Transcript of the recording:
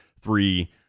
three